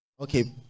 Okay